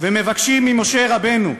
ומבקשים ממשה רבנו: